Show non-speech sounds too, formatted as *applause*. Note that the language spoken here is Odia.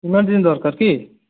ସୁନା *unintelligible* ଦରକାର କି